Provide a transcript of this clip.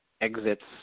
exits